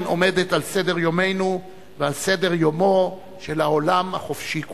עומדת על סדר-יומנו ועל סדר-יומו של העולם החופשי כולו.